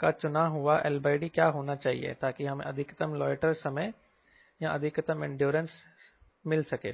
का चुना हुआ LD क्या होना चाहिए ताकि हमें अधिकतम लाइटर समय या अधिकतम इंड्योरेंसमिल सके